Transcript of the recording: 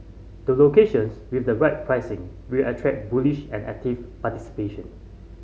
the locations with the right pricing will attract bullish and active participation